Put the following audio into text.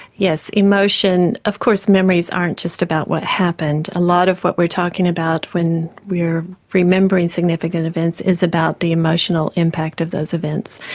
yes, emotion. of course memories aren't just about what happened, a lot of what we're talking about when we're remembering significant events is about the emotional impact of those events.